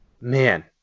Man